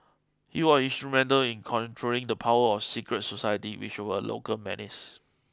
he was instrumental in controlling the power of secret societies which were a local menace